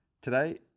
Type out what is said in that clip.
Today